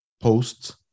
posts